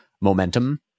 momentum